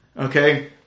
Okay